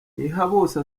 ntihabose